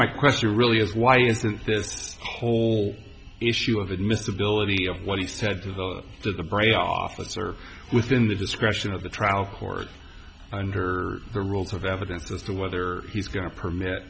my question really is why isn't this whole issue of admissibility of what he said to the to the brain officer within the discretion of the trial court under the rules of evidence as to whether he's going to permit